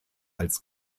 als